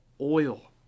oil